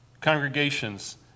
congregations